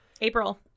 April